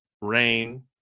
rain